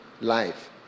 life